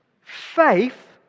Faith